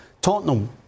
Tottenham